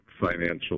financial